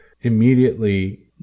immediately